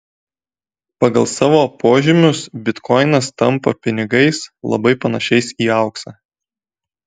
pagal savo požymius bitkoinas tampa pinigais labai panašiais į auksą